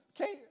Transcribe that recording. okay